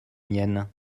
mienne